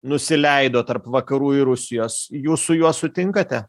nusileido tarp vakarų ir rusijos jūs su juo sutinkate